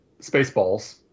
Spaceballs